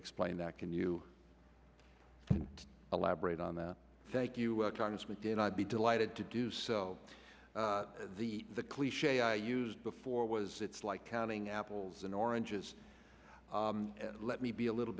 explain that can you elaborate on that thank you congressman good i'd be delighted to do so the the cliche i used before was it's like counting apples and oranges and let me be a little